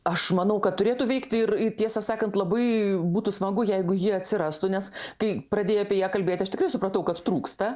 aš manau kad turėtų veikt ir tiesą sakant labai būtų smagu jeigu ji atsirastų nes kai pradėjai apie ją kalbėti aš tikrai supratau kad trūksta